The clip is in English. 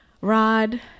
Rod